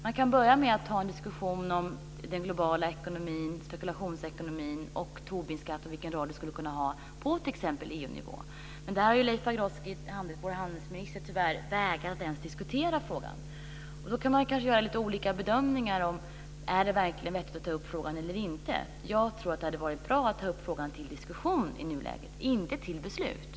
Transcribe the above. Man kan börja med att föra en diskussion om den globala ekonomin, spekulationsekonomin, Tobinskatten och vilken roll den skulle kunna ha på t.ex. EU-nivå. Men där har vår handelsminister Leif Pagrotsky tyvärr vägrat att ens diskutera frågan. Man kan kanske göra lite olika bedömningar om ifall det verkligen är vettigt att ta upp frågan eller inte. Jag tror att det hade varit bra att ta upp frågan till diskussion, och inte till beslut, i nuläget.